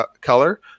color